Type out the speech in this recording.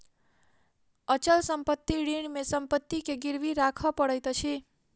अचल संपत्ति ऋण मे संपत्ति के गिरवी राखअ पड़ैत अछि